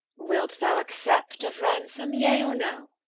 wilt thou accept of ransome, yea or no?